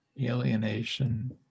alienation